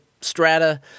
strata